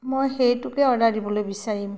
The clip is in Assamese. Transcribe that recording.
মই সেইটোকে অৰ্ডাৰ দিবলৈ বিচাৰিম